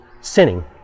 sinning